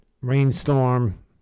rainstorm